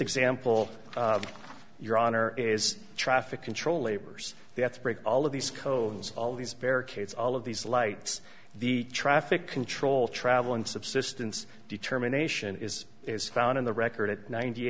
example of your honor is traffic control laborers the outbreak all of these cones all these barricades all of these lights the traffic control traveling subsistence determination is is found in the record at ninety